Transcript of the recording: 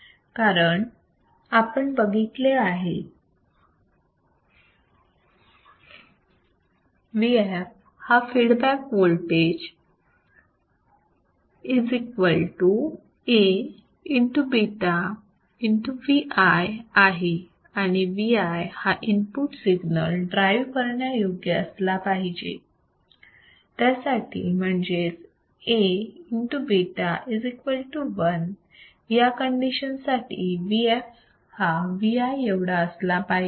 कारण आपण बघितले आहे Vf हा फीडबॅक होल्टेज Aβ Vi आहे आणि Vi हा इनपुट सिग्नल ड्राईव्ह करण्यायोग्य असला पाहिजे त्यासाठी म्हणजेच Aβ1 या कंडीशन साठी Vf हा Vi एवढा असला पाहिजे